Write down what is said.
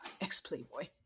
ex-playboy